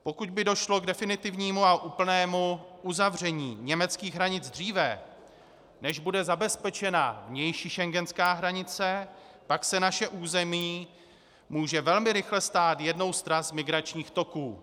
Pokud by došlo k definitivnímu a úplnému uzavření německých hranic dříve, než bude zabezpečena vnější schengenská hranice, pak se naše území může velmi rychle stát jednou z tras migračních toků.